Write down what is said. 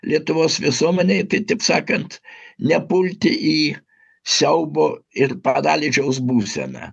lietuvos visuomenei tai taip sakant nepulti į siaubo ir paralyžiaus būseną